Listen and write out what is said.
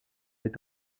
est